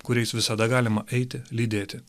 kuriais visada galima eiti lydėti